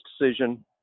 decision